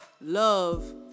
love